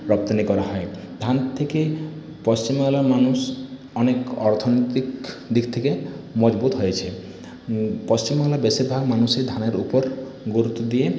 রপ্তানি করা হয় ধান থেকে পশ্চিমবাংলার মানুষ অনেক অর্থনীতির দিক থেকে মজবুত হয়েছে পশ্চিমবাংলার বেশীরভাগ মানুষই ধানের উপর গুরুত্ব দিয়ে